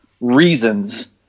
reasons